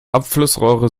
abflussrohre